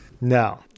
No